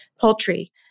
poultry